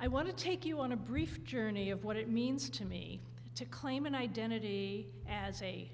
i want to take you on a brief journey of what it means to me to claim an identity as a